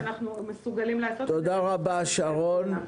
מאמינים שאנחנו מסוגלים לעשות את זה ונשמח לשתף פעולה.